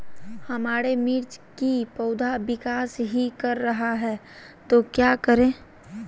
हमारे मिर्च कि पौधा विकास ही कर रहा है तो क्या करे?